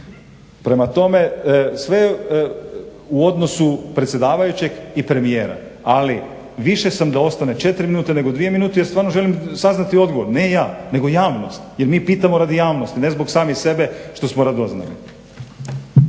Prema tome, sve u odnosu predsjedavajućeg i premijera. Ali više sam da ostane 4 minute nego dvije minute jer stvarno želim saznati odgovor. Ne ja, nego javnost jer mi pitamo radi javnosti ne zbog samih sebe što smo radoznali.